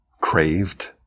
craved